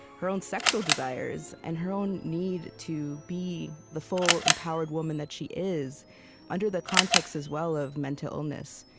her own sexual desires, and her own need to be the full, empowered woman that she is under the context as well of mental illness.